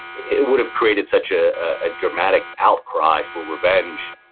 it would've created such ah a dramatic outcry for revenge.